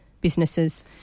businesses